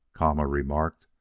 kama remarked,